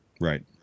Right